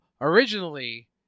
originally